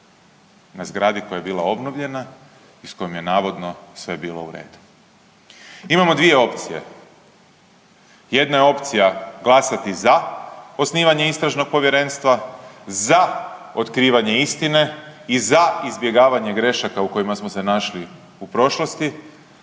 na zgradi koja je bila obnovljena i s kojom je navodno bilo sve u redu. Imamo dvije opcije. Jedna je opcija glasati za osnivanje istražnog povjerenstva, za otkrivanje istine i za izbjegavanje grešaka u kojima smo se našli u prošlosti,